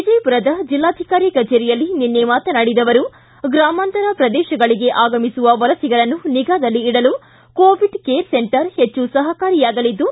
ವಿಜಯಪುರದ ಜಿಲ್ಲಾಧಿಕಾರಿ ಕಚೇರಿಯಲ್ಲಿ ನಿನ್ನೆ ಮಾತನಾಡಿದ ಅವರು ಗ್ರಾಮಾಂತರ ಪ್ರದೇಶಗಳಿಗೆ ಆಗಮಿಸುವ ವಲಸಿಗರನ್ನು ನಿಗಾದಲ್ಲಿ ಇಡಲು ಕೋವಿಡ್ ಕೇರ್ ಸೆಂಟರ್ ಹೆಚ್ಚು ಸಹಕಾರಿಯಾಗಲಿದ್ದು